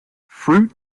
fruit